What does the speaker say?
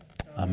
Amen